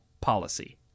policy